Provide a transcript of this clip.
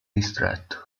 distretto